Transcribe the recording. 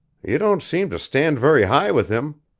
you don't seem to stand very high with him.